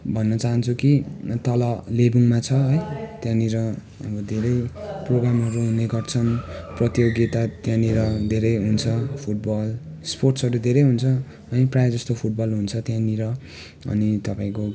भन्न चाहन्छु कि तल लेबुङमा छ है त्यहाँनिर अब धेरै प्रोग्रामहरू हुने गर्छन् प्रतियोगिता त्यहाँनिर धेरै हुन्छ फुटबल स्पोर्टसहरू धेरै हुन्छ है प्रायःजस्तो फुटबल हुन्छ त्यहाँनिर अनि तपाईँको